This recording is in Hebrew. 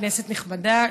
כנסת נכבדה,